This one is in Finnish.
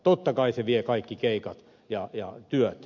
totta kai se vie kaikki keikat ja työt